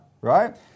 right